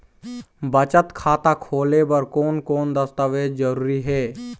बचत खाता खोले बर कोन कोन दस्तावेज जरूरी हे?